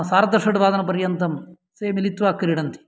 सार्धषड्वादनपर्यन्तं ते मिलित्वा क्रीडन्ति